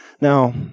now